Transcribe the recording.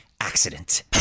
accident